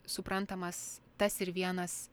suprantamas tas ir vienas